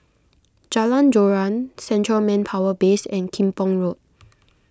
Jalan Joran Central Manpower Base and Kim Pong Road